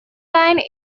line